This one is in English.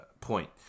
point